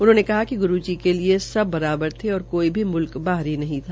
उन्होंने कहा कि गुरू जी के लिए सब बराबर थे और काई भी मुल्क बाहरी नहीं था